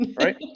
Right